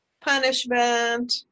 Punishment